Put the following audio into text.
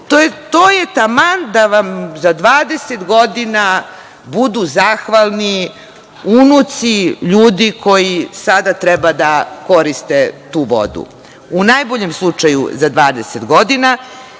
To je taman da vam za 20 godina budu zahvalni unuci ljudi koji sada treba da koriste tu vodu, u najboljem slučaju za 20 godina,